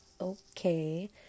Okay